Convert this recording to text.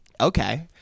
okay